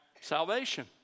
salvation